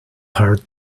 hard